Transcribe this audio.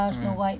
mm